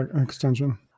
extension